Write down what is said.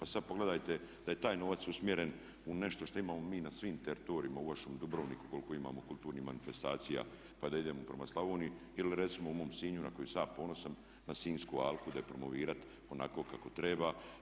A sad pogledajte da je taj novac usmjeren u nešto što imamo mi na svim teritorijima u vašem Dubrovniku koliko imamo kulturnih manifestacija pa da idemo prema Slavoniji ili recimo u mom Sinju na koji sam ja ponosan na Sinjsku alku da je promovirat onako kako treba.